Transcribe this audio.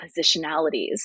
positionalities